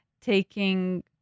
taking